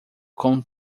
com